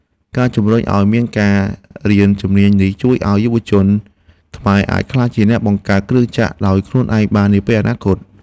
ការជំរុញឱ្យមានការរៀនជំនាញនេះជួយឱ្យយុវជនខ្មែរអាចក្លាយជាអ្នកបង្កើតគ្រឿងចក្រដោយខ្លួនឯងបាននាពេលអនាគត។